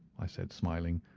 i said, smiling.